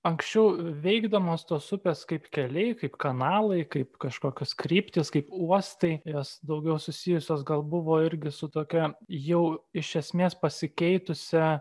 anksčiau veikdamos tos upės kaip keliai kaip kanalai kaip kažkokios kryptys kaip uostai jos daugiau susijusios gal buvo irgi su tokia jau iš esmės pasikeitusia